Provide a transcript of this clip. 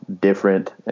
different